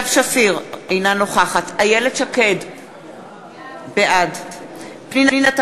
החלטה שהייתה מנוגדת ב-180 מעלות למצע